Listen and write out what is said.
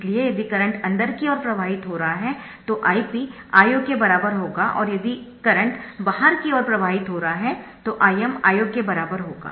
इसलिए यदि करंट अंदर की ओर प्रवाहित हो रहा है तो Ip I0 के बराबर होगा और यदि करंट बाहर की ओर प्रवाहित हो रहा है तो Im I0 के बराबर होगा